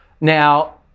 Now